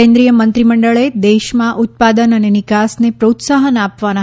કેન્નિ લય મંત્રીમંડળે દેશમાં ઉત્પાદન અને નિકાસને પ્રોત્સાહન આપવાના